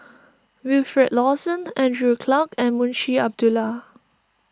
Wilfed Lawson Andrew Clarke and Munshi Abdullah